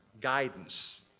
Guidance